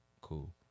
cool